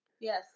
Yes